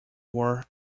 wore